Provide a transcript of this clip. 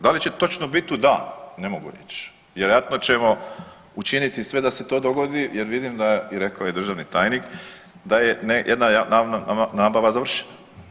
Da li će točno biti u dan ne mogu reći, vjerojatno ćemo učiniti sve da se to dogodi jer vidim da i rekao je državni tajnik da je jedna nabava završena.